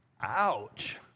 Ouch